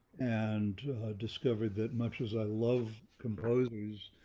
and discovered that much as i love composers,